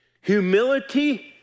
humility